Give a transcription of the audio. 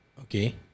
Okay